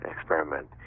experiment